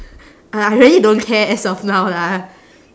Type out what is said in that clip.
I I really don't care as of now lah